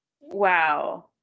wow